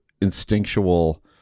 instinctual